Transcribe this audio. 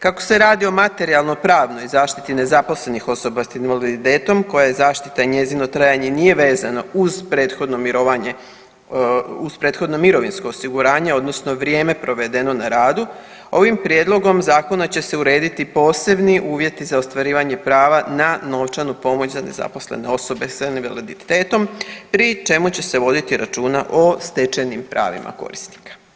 Kako se radi o materijalno-pravnoj zaštiti nezaposlenih osoba sa invaliditetom koja je zaštita i njezino trajanje nije vezano uz prethodno mirovinsko osiguranje, odnosno vrijeme provedeno na radu ovim prijedlogom zakona će se urediti posebni uvjeti za ostvarivanje prava na novčanu pomoć za nezaposlene osobe sa invaliditetom pri čemu će se voditi računa o stečajnim pravima korisnika.